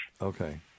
Okay